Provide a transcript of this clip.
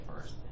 first